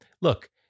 Look